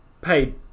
paid